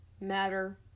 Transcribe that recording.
Matter